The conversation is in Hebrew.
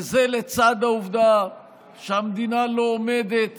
וזה לצד העובדה שהמדינה לא עומדת